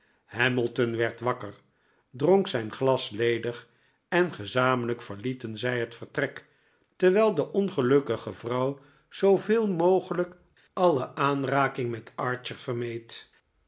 hamilton werd wakker dronk zijn glas ledig en gezamenlijk verlieten zij het vertrek terwijl de ongelukkige vrouw zooveel mogelijk alle aanraking met archer